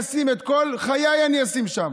את חיי אני אשים שם.